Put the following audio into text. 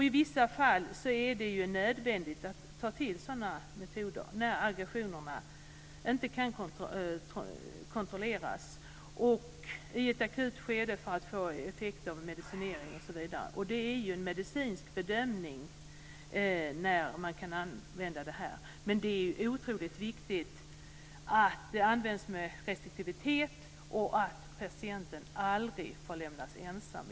I vissa fall är det nödvändigt att ta till sådana metoder när aggressionerna inte kan kontrolleras och i ett akut skede för att få effekt av medicinering, osv. När man kan använda det är en medicinsk bedömning. Men det är otroligt viktigt att det används med restriktivitet och att patienten aldrig får lämnas ensam.